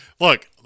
Look